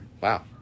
Wow